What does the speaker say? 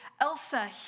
Elsa